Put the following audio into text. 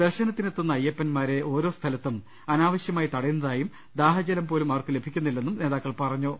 ദർശനത്തിനെത്തുന്ന അയ്യപ്പൻമാരെ ഓരോ സ്ഥലത്തും അനാവശ്യമായി തടയുന്നതായും ദാഹജലം പോലും അവർക്കു ലഭിക്കുന്നില്ലെന്നും നേതാക്കൾ പറഞ്ഞു